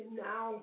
now